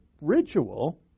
ritual